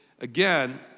again